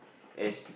as